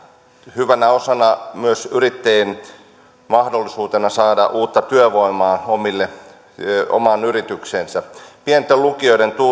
hyvänä osana myös yrittäjien mahdollisuutta saada uutta työvoimaa omaan yritykseensä myös pienten lukioiden